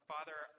Father